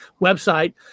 website